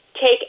take